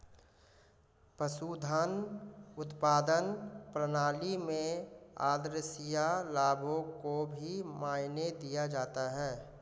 पशुधन उत्पादन प्रणाली में आद्रशिया लाभों को भी मायने दिया जाता है